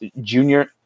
Junior